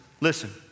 listen